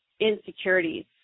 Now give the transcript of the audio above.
insecurities